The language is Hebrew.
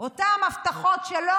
אותן הבטחות שלו,